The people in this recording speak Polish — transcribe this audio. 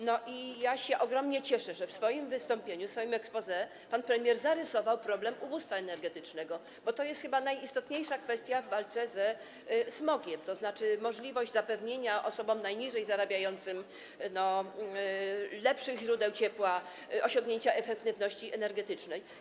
No i ja się ogromnie cieszę, że w swoim wystąpieniu, w swoim exposé pan premier zarysował problem ubóstwa energetycznego, bo to jest chyba najistotniejsza kwestia w walce ze smogiem, tzn. możliwość zapewnienia osobom najmniej zarabiającym lepszych źródeł ciepła, osiągnięcia efektywności energetycznej.